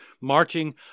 marching